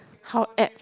how apt